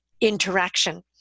interaction